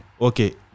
Okay